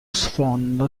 sfondo